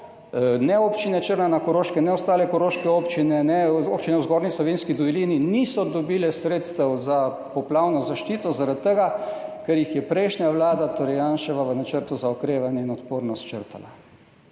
občine Črna na Koroškem in ostale koroške občine ter občine v Zgornji Savinjski dolini niso dobile sredstev za poplavno zaščito zaradi tega, ker jih je prejšnja vlada, torej Janševa, črtala v Načrtu za okrevanje in odpornost, kar